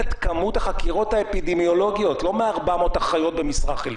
גם חקירות אפידמיולוגיות הן מאוד פוגעות בפרטיות,